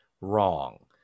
wrong